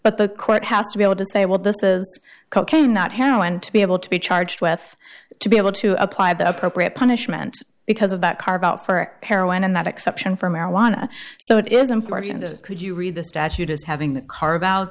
but the court has to be able to say well this of cocaine not heroin to be able to be charged with to be able to apply the appropriate punishment because of that car about for heroin and that exception for marijuana so it is important that could you read the statute as having the carve out